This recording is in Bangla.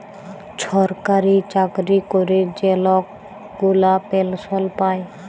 ছরকারি চাকরি ক্যরে যে লক গুলা পেলসল পায়